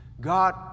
God